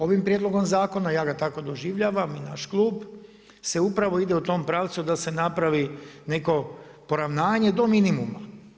Ovim prijedlogom zakona, ja ga tako doživljavam i naš klub, se upravo ide u tom pravcu da se napravi neko poravnanje do minimuma.